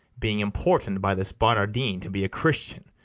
being importun'd by this barnardine to be a christian,